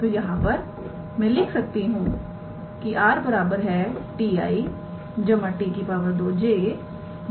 तो यहां पर मैं लिख सकती हूं 𝑟⃗ 𝑡𝑖̂ 𝑡 2 𝑗̂ 𝑡 3𝑘̂